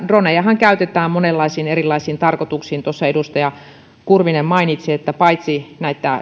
dronejahan käytetään monenlaisiin erilaisiin tarkoituksiin edustaja kurvinen mainitsi että paitsi